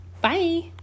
Bye